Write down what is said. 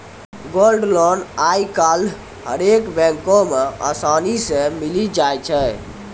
gold loan आइ काल्हि हरेक बैको मे असानी से मिलि जाय छै